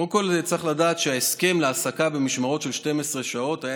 קודם כול צריך לדעת שההסכם להעסקה במשמרות של 12 שעות היה